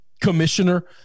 commissioner